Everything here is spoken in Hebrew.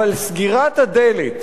אבל סגירת הדלת